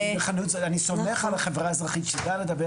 אני סומך על החברה האזרחית שתדע לדווח